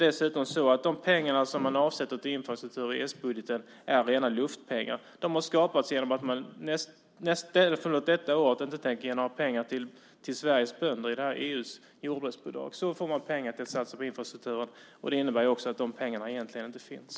Dessutom är de pengar som man avsätter till infrastruktur i s-budgeten rena luftpengar. De har skapats genom att man detta år inte tänker ge några pengar till Sveriges bönder genom EU:s jordbruksbidrag. På så sätt får man pengar till att satsa på infrastrukturen. Det innebär att de pengarna egentligen inte finns.